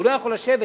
הוא לא יכול לשבת,